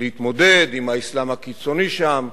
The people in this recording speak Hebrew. להתמודד עם האסלאם הקיצוני שם,